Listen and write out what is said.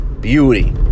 Beauty